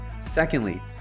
Secondly